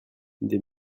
des